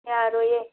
ꯌꯥꯔꯣꯏꯌꯦ